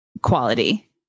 quality